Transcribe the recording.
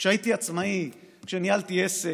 כשהייתי עצמאי, כשניהלתי עסק,